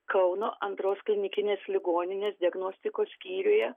kauno antros klinikinės ligoninės diagnostikos skyriuje